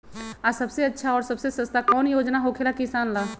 आ सबसे अच्छा और सबसे सस्ता कौन योजना होखेला किसान ला?